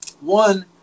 One